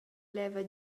leva